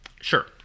Sure